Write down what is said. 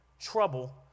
trouble